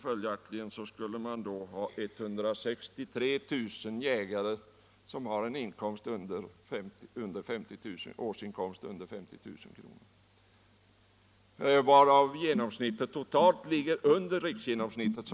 Följaktligen skulle 163 000 jägare ha en årsinkomst under 50 000 kr., och genomsnittet totalt ligger som sagt under riksgenomsnittet.